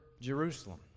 Jerusalem